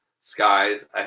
skies